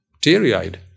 teary-eyed